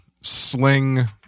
sling